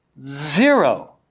zero